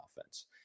offense